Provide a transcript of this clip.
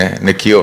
נקיות,